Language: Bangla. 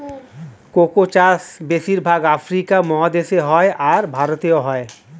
কোকো চাষ বেশির ভাগ আফ্রিকা মহাদেশে হয়, আর ভারতেও হয়